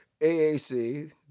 AAC